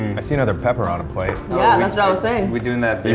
i see another pepper on a plate. yeah and that's what i was saying. we doing that